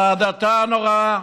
על ההדתה הנוראה.